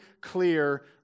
clear